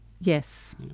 Yes